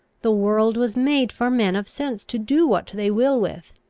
the world was made for men of sense to do what they will with.